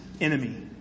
enemy